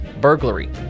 burglary